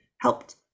helped